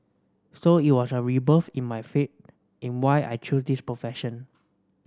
so it was a rebirth in my faith in why I chose this profession